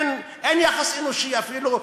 אין יחס אנושי אפילו,